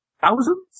thousands